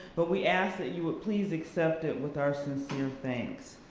but we ask that you would please accept it with our sincere thanks.